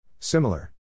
Similar